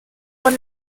por